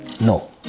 No